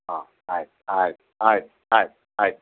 ಹಾಂ ಆಯ್ತು ಆಯ್ತು ಆಯ್ತು ಆಯ್ತು ಆಯ್ತು